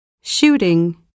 shooting